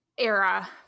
era